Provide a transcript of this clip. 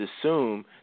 assume